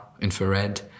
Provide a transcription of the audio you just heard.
Infrared